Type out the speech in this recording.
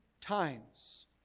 times